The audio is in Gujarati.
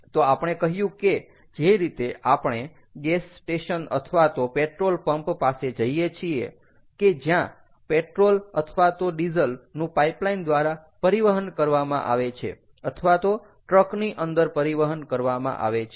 તો આપણે કહ્યું કે જે રીતે આપણે ગેસ સ્ટેશન અથવા તો પેટ્રોલ પંપ પાસે જઈએ છીએ કે જ્યાં પેટ્રોલ અથવા તો ડીઝલ નું પાઇપલાઇન દ્વારા પરિવહન કરવામાં આવે છે અથવા તો ટ્રકની અંદર પરિવહન કરવામાં આવે છે